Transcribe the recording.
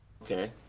Okay